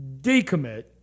decommit